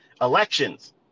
Elections